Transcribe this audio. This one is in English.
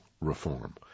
reform